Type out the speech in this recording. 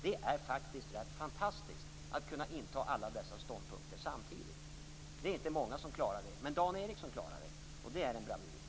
Det är faktiskt rätt fantastiskt att kunna inta alla dessa ståndpunkter samtidigt. Det är inte många som klarar det. Men Dan Ericsson klarar det, och det är en bravur.